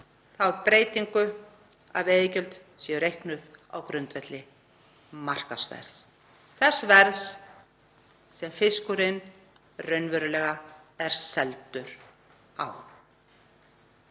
þá breytingu að veiðigjöld séu reiknuð á grundvelli markaðsverðs, þess verðs sem fiskurinn raunverulega er seldur á.